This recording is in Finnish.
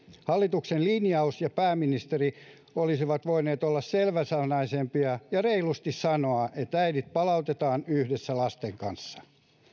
hallituksen linjaus ja pääministeri olisivat voineet olla selväsanaisempia ja reilusti sanoa että äidit palautetaan yhdessä lasten kanssa